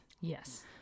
Yes